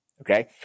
Okay